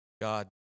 God